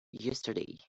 yesterday